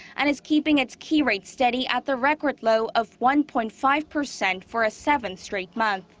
and is keeping its key rate steady at the record low of one point five percent for a seventh straight month.